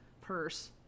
purse